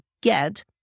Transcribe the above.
get